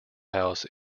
house